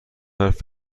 حرف